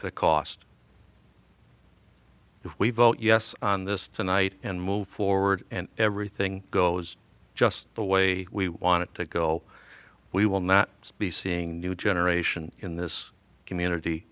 a cost if we vote yes on this tonight and move forward and everything goes just the way we want it to go we will not be seeing new generation in this community